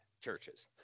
churches